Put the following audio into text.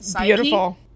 Beautiful